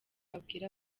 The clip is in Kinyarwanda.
wabwira